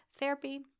therapy